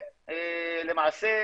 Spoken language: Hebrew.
ובמה ולמעשה,